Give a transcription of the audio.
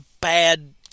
bad